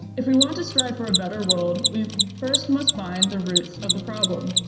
if we want to strive for a better world, we first must find the roots of the problem.